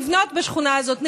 לבנות בשכונה הזאת.